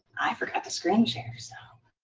i forgot the screen share so.